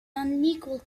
unequal